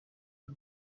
y’u